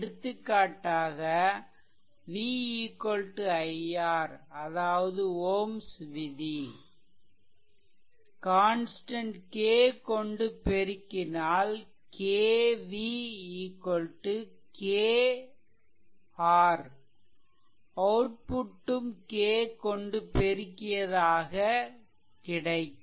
எடுத்துக்காட்டாக v i R அதாவது Ohm's விதி Ωs law கான்ஸ்டன்ட் K கொண்டு பெருக்கினால் KV KR அவுட்புட் ம் K கொண்டு பெருக்கியதாக கிடைக்கும்